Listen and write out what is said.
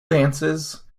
dances